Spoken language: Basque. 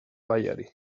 gaiari